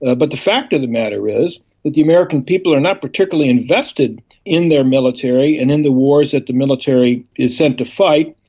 ah but the fact of the matter is the the american people are not particularly invested in their military and in the wars that the military are sent to fight.